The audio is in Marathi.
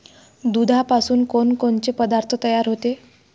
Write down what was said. दुधापासून कोनकोनचे पदार्थ तयार होते?